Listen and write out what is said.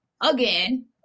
again